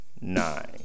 Nine